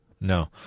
No